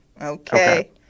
Okay